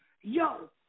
Yo